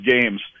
games